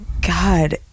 God